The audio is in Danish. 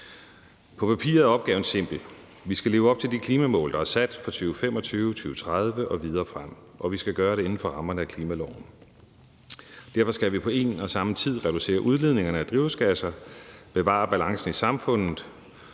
På papiret er opgaven simpel. Vi skal leve op til de klimamål, der er sat for 2025, 2030 og videre frem, og vi skal gøre det inden for rammerne af klimaloven. Derfor skal vi på en og samme tid reducere udledningerne af drivhusgasser, bevare balancen i samfundet